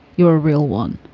you're a real one.